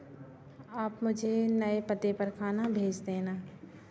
आप मुझे नये पते पर खाना भेज देना